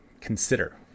consider